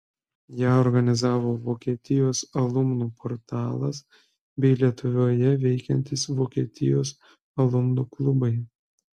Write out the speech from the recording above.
ją organizavo vokietijos alumnų portalas bei lietuvoje veikiantys vokietijos alumnų klubai